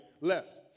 left